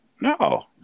No